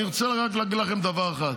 אני רוצה להגיד לכם דבר אחד.